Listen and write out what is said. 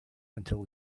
until